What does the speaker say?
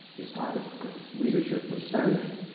his targeted readership was spanish,